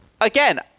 again